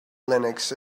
linux